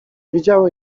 widziały